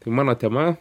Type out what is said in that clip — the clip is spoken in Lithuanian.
tai mano tema